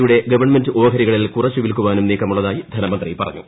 യുടെ ഗവൺമെന്റ് ഓഹരികളിൽ കുറച്ച് വിൽക്കാനും നീക്കമുള്ളതായി ധനമന്ത്രി പറഞ്ഞു